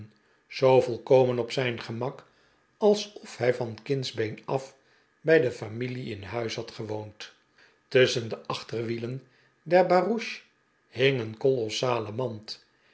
zoo volkomen op zijn gemak alsof hij van kindsbeen af bij de familie in huis had gewoond tusschen de achterwielen der barouche hing een kolossale mand